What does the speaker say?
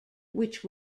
which